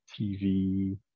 TV